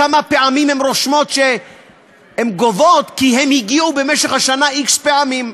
כמה פעמים הן רושמות שהן גובות כי הן הגיעו במשך השנה x פעמים,